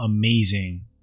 amazing